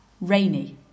rainy